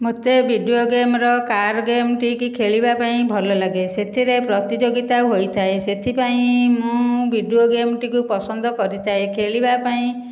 ମୋତେ video game ର car game ଟିକି ଖେଳିବାକୁ ଭଲ ଲାଗେ ସେଥିରେ ପ୍ରତିଯୋଗିତା ହୋଇଥାଏ ସେଥିପାଇଁ ମୁଁ ଭିଡ଼ିଓ ଗେମ୍ ଟିକୁ ପସନ୍ଦ କରିଥାଏ ଖେଳିବା ପାଇଁ